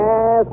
Yes